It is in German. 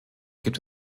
gibt